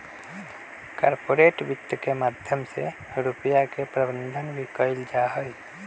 corporate वित्त के माध्यम से रुपिया के प्रबन्धन भी कइल जाहई